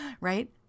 right